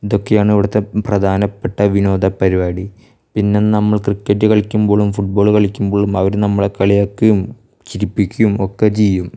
ഇതൊക്കെയാണ് ഇവിടുത്തെ പ്രധാനപ്പെട്ട വിനോദപ്പരിപാടി പിന്നെ നമ്മൾ ക്രിക്കറ്റ് കളിക്കുമ്പോളും ഫുട്ബോള് കളിക്കുമ്പോളും അവര് നമ്മളെ കളിയാക്കുകയും ചിരിപ്പിക്കയും ഒക്കെ ചെയ്യും